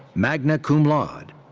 magna cum laude.